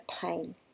pain